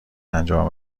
انجام